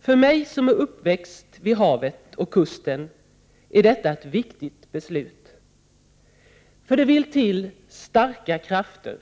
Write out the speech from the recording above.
För mig, som är uppväxt vid havet och kusten, är detta ett viktigt beslut. Det vill till starka krafter,